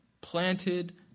planted